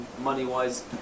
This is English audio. money-wise